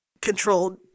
control